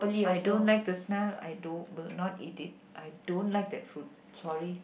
I don't like the smell I don't will not eat it I don't like that fruit sorry